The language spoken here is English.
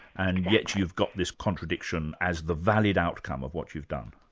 and yet you've got this contradiction as the valid outcome of what you've done.